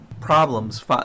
problems